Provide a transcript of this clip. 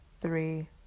three